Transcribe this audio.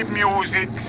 music